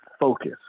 focus